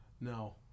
No